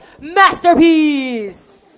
Masterpiece